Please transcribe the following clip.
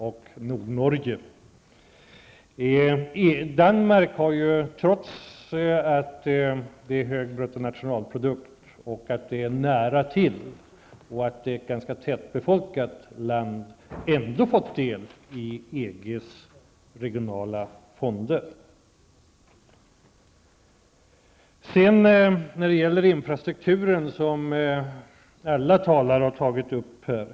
Trots att Danmark har hög bruttonationalprodukt, har ett bra läge och är ganska tättbefolkat har man ändå fått del av EGs regionala fonder. Alla talare har tagit upp detta med infrastrukturen.